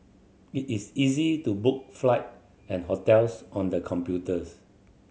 it is easy to book flight and hotels on the computers